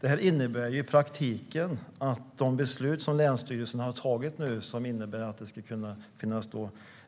Det här innebär i praktiken att de beslut som länsstyrelserna nu har fattat och som innebär att det ska kunna finnas